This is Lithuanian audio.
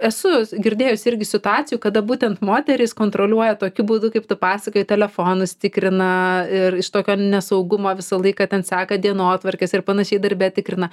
esu girdėjus irgi situacijų kada būtent moterys kontroliuoja tokiu būdu kaip tu pasakojai telefonus tikrina ir iš tokio nesaugumo visą laiką ten seka dienotvarkes ir panašiai darbe tikrina